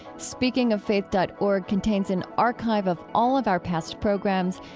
speakingoffaith dot org contains an archive of all of our past programs.